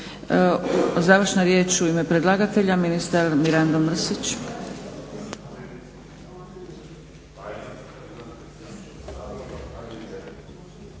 Završna riječ u ime predlagatelja, ministar Mirando Mrsić.